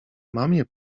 mamie